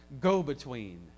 go-between